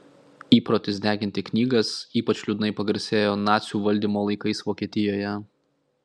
įprotis deginti knygas ypač liūdnai pagarsėjo nacių valdymo laikais vokietijoje